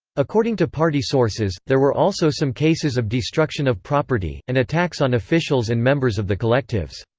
according to party sources, there were also some cases of destruction of property, and attacks on officials and members of the collectives.